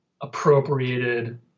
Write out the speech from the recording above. appropriated